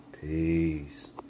peace